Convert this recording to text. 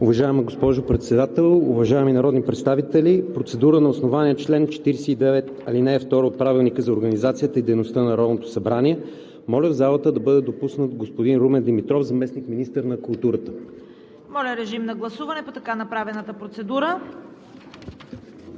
Уважаема госпожо Председател, уважаеми народни представители! Процедура на основание чл. 49, ал. 2 от Правилника за организацията и дейността на Народното събрание. Моля в залата да бъде допуснат господин Румен Димитров – заместник-министър на културата. ПРЕДСЕДАТЕЛ ЦВЕТА КАРАЯНЧЕВА: Моля, режим на гласуване по така направената процедура.